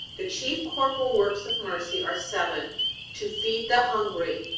the chief corporal works of mercy are seven to feed the hungry,